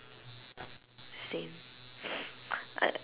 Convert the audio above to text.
same I